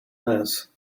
this